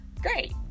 great